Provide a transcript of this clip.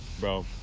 bro